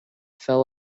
fell